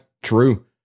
True